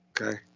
Okay